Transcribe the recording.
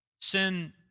sin